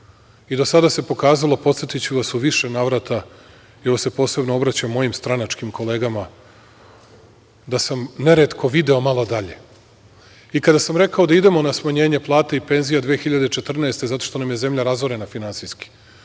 I do sada se pokazalo, podsetiću vas, u više navrata, posebno se obraćam mojim stranačkim kolegama, da sam neretko video malo dalje. Kada sam rekao da idemo na smanjenje plata i penzija 2014. godine, zato što nam je zemlja razorena finansijski,